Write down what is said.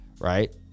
Right